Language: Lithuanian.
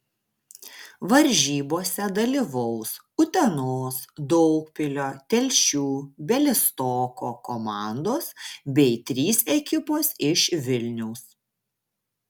varžybose dalyvaus utenos daugpilio telšių bialystoko komandos bei trys ekipos iš vilniaus